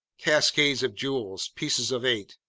cascades of jewels, pieces of eight.